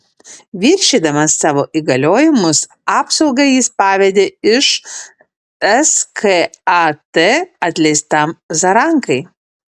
viršydamas savo įgaliojimus apsaugą jis pavedė iš skat atleistam zarankai